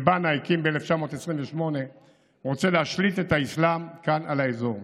שאל-בנא הקים ב-1928 ורוצה להשליט את האסלאם כאן על האזור.